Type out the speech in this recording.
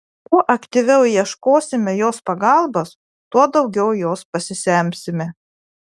kuo aktyviau ieškosime jos pagalbos tuo daugiau jos pasisemsime